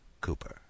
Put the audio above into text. Cooper